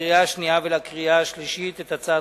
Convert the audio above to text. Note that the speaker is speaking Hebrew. לקריאה השנייה ולקריאה השלישית הצעת